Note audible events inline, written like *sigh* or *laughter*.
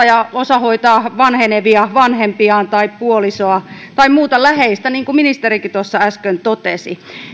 *unintelligible* ja osa hoitaa vanhenevia vanhempiaan tai puolisoa tai muuta läheistä niin kuin ministerikin tuossa äsken totesi